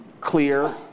clear